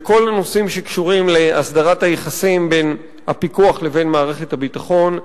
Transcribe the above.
בכל הנושאים שקשורים להסדרת היחסים בין הפיקוח לבין מערכת הביטחון.